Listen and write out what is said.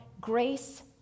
grace